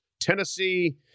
Tennessee